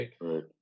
Right